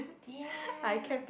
ya